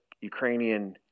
Ukrainian